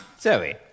Zoe